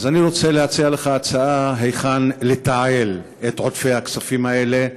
אני רוצה להציע לך הצעה להיכן לתעל את עודפי הכספים האלה.